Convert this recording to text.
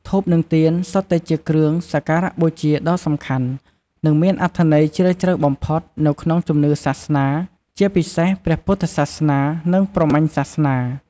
ធូប និងទៀន សុទ្ធតែជាគ្រឿងសក្ការបូជាដ៏សំខាន់ និងមានអត្ថន័យជ្រាលជ្រៅបំផុតនៅក្នុងជំនឿសាសនា ជាពិសេសព្រះពុទ្ធសាសនា និងព្រហ្មញ្ញសាសនា។